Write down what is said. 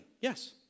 Yes